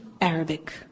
Arabic